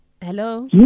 Hello